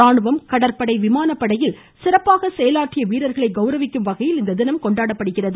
ராணுவம் கடற்படை விமானப்படையில் சிறப்பாக செயலாற்றிய வீரர்களை கௌரவிக்கும் வகையில் இத்தினம் கொண்டாடப்படுகிறது